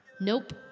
Nope